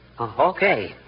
Okay